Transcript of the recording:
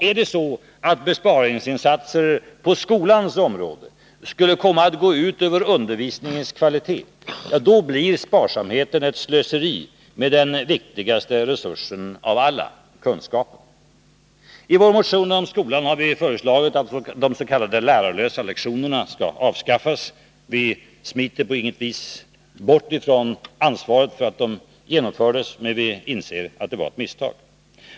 Om besparingsinsatser på skolans område skulle komma att gå ut över kvaliteten på undervisningen, ja, då blir sparsamheten ett slöseri med den viktigaste resursen av alla — kunskapen. I vår motion om skolan har vi föreslagit att de s.k. lärarlösa lektionerna avskaffas. Vi smiter på intet vis från ansvaret för att de infördes. Men vi inser nu att det var ett misstag.